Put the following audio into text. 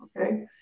okay